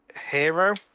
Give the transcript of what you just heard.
hero